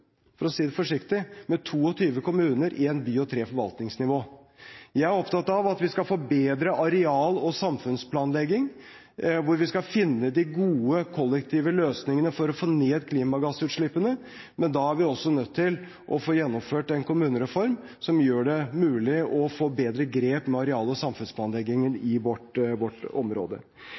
for å si det forsiktig – med 22 kommuner, én by og tre forvaltningsnivå. Jeg er opptatt av at vi skal få bedre areal- og samfunnsplanlegging, hvor vi skal finne de gode, kollektive løsningene for å få ned klimagassutslippene, men da er vi også nødt til å få gjennomført en kommunereform som gjør det mulig å få bedre grep med areal- og samfunnsplanleggingen i vårt område.